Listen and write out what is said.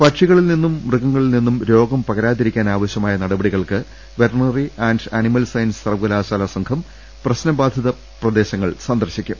പക്ഷികളിൽനിന്നും മൃഗങ്ങളിൽനിന്നും രോഗം പകരാതി രിക്കാൻ ആവശ്യമായ നടപടികൾക്ക് veterinary and animal science സർവ്വകലാശാലാ സംഘം പ്രശ്ന ബാധിത പ്രദേശങ്ങൾ സന്ദർശിക്കും